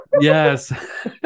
yes